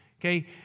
Okay